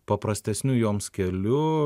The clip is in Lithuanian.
paprastesniu joms keliu